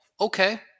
Okay